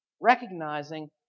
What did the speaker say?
recognizing